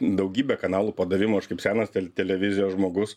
daugybė kanalų padavimų aš kaip senas tele televizijos žmogus